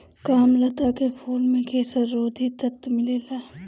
कामलता के फूल में कैंसर रोधी तत्व मिलेला